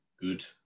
good